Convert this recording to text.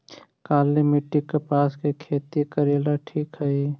काली मिट्टी, कपास के खेती करेला ठिक हइ?